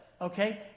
okay